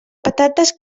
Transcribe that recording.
patates